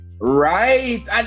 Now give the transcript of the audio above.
Right